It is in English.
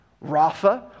Rafa